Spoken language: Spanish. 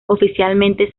oficialmente